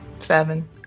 seven